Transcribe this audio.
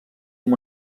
amb